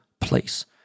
place